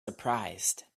surprised